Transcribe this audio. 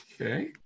Okay